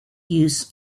use